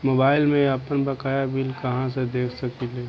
Mobile में आपनबकाया bill कहाँसे देख सकिले?